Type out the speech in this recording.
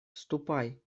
ступай